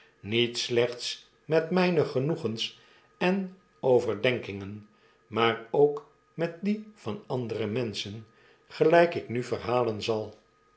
niet slechts met myne genoegens en overdenkingen maar ook met die van andere menscben gelyk ik nu verhalen zal